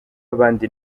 abandi